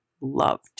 loved